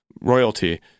royalty